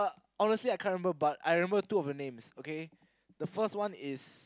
honestly I can't remember but I remember two of the names okay the first one is